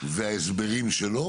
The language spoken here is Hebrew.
בצהוב וההסברים שלו,